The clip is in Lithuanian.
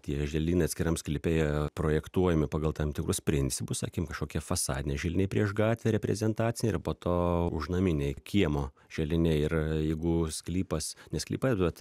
tie želdynai atskiram sklype jie projektuojami pagal tam tikrus principus sakim kažkokie fasadinė želiniai prieš gatvę reprezentacijai ir po to užnaminiai kiemo želiniai ir jeigu sklypas ne sklypas bet